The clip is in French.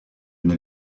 n’ai